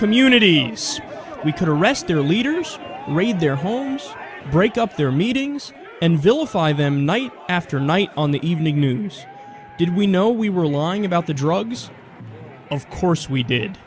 communities we could arrest their leaders raid their homes break up their meetings and vilify them night after night on the evening news did we know we were lying about the drugs of course we did